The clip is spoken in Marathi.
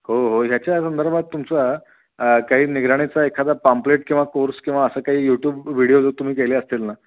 हो हो ह्याच्या संदर्भात तुमचा काही निगराणीचा एखादा पम्प्लेट किंवा कोर्स किंवा असं काही यूट्यूब व्हिडीओ जर तुम्ही केले असतील ना